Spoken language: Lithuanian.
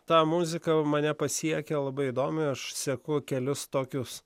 ta muzika mane pasiekia labai įdomiai aš seku kelius tokius